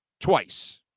twice